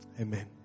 Amen